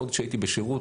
עוד כשהייתי בשירות,